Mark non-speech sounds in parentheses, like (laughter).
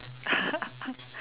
(laughs)